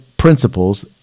principles